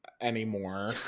anymore